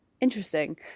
interesting